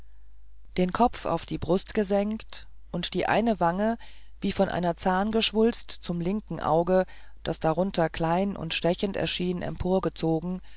den kopf auf die brust gesenkt und die eine wange wie von einer zahngeschwulst zum linken auge das darunter klein und stechend erschien